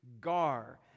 gar